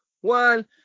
one